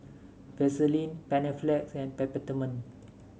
Vaselin Panaflex and Peptamen